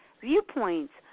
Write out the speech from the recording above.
Viewpoints